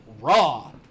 raw